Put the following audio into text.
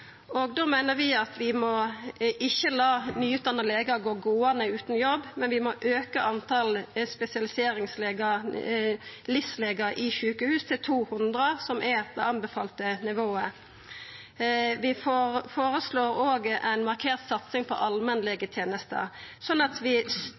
Då meiner vi at vi må ikkje la nyutdanna legar verta gåande utan jobb, men vi må auka talet på spesialiseringslegar, LIS-legar, i sjukehus til 200, som er det anbefalte nivået. Vi føreslår òg ei markert satsing på